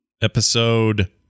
episode